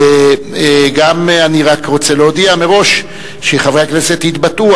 אני רק רוצה להודיע מראש שחברי הכנסת יתבטאו,